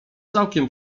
całkiem